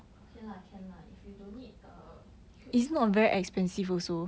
okay lah can lah if you don't need a huge cost